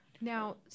Now